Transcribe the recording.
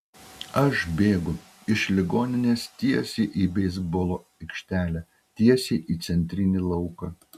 aš bėgu iš ligoninės tiesiai į beisbolo aikštelę tiesiai į centrinį lauką